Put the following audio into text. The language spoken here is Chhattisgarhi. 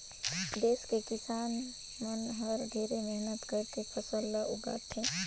देस के किसान मन हर ढेरे मेहनत करके फसल ल उगाथे